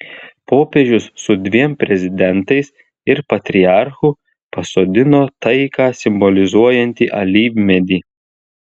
popiežius su dviem prezidentais ir patriarchu pasodino taiką simbolizuojantį alyvmedį